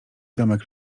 domek